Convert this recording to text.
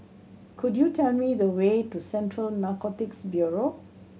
could you tell me the way to Central Narcotics Bureau